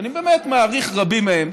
שאני באמת מעריך רבים מהם,